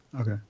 Okay